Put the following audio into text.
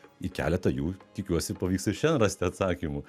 į keletą jų tikiuosi pavyks ir šiandien rasti atsakymų